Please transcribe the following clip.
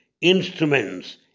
instruments